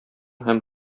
һәм